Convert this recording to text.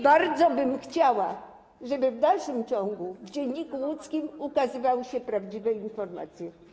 Bardzo bym chciała, żeby w dalszym ciągu w „Dzienniku Łódzkim” ukazywały się prawdziwe informacje.